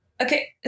Okay